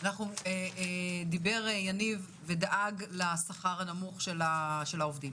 דיבר יניב, ודאג לשכר הנמוך של העובדים.